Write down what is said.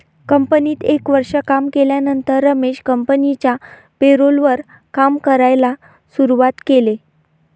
कंपनीत एक वर्ष काम केल्यानंतर रमेश कंपनिच्या पेरोल वर काम करायला शुरुवात केले